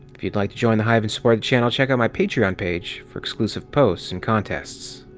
if you'd like to join the hive and support the channel, check out my patreon page for exclusive posts and contests.